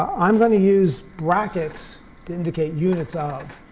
i'm going to use brackets to indicate units of.